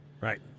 Right